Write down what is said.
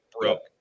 broke